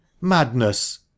madness